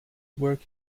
work